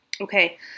Okay